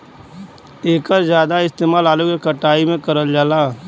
एकर जादा इस्तेमाल आलू के कटाई में करल जाला